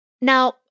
Now